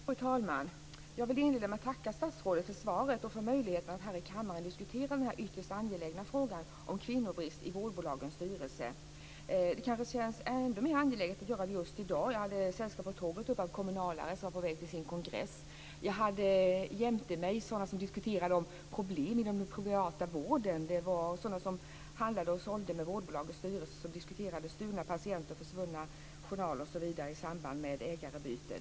Fru talman! Jag vill inleda med att tacka statsrådet för svaret och för möjligheten att här i kammaren diskutera denna ytterst angelägna frågan om kvinnobrist i vårdbolagens styrelser. Det känns ännu mer angeläget att göra det just i dag. På tåget hade jag sällskap av kommunalare som var på väg till sin kongress. Det var människor som diskuterade problem inom den privata vården. Det var människor som handlade med vårdbolagens styrelser som diskuterade stulna patienter, försvunna journaler, osv. i samband med ägarbyten.